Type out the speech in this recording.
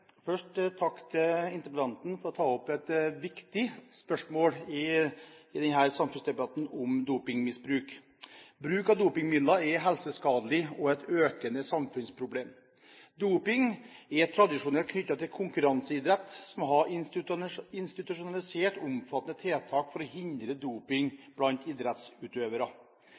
Først takk til interpellanten for å ta opp et viktig spørsmål i denne samfunnsdebatten om dopingmisbruk. Bruk av dopingmidler er helseskadelig og et økende samfunnsproblem. Doping er tradisjonelt knyttet til konkurranseidrett, som har institusjonalisert omfattende tiltak for å hindre doping blant idrettsutøvere.